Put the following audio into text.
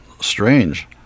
strange